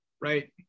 Right